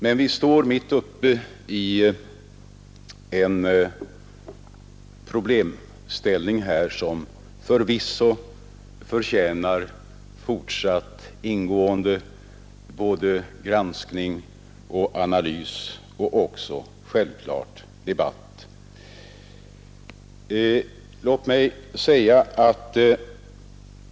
Men vi står mitt uppe i en problemställning som förvisso förtjänar fortsatt ingående både granskning och analys och självklart också debatt.